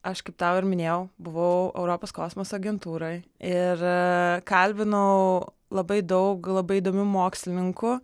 aš kaip tau ir minėjau buvau europos kosmoso agentūroj ir kalbinau labai daug labai įdomių mokslininkų